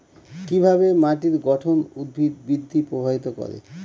কিভাবে মাটির গঠন উদ্ভিদ বৃদ্ধি প্রভাবিত করে?